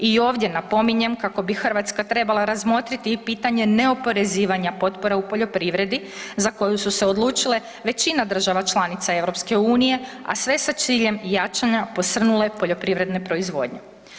I ovdje napominjem kako bi Hrvatska trebala razmotriti i pitanje neoporezivanja potpora u poljoprivredi za koju su se odlučile većina država članica EU, a sve sa ciljem jačanja posrnule poljoprivredne proizvodnje.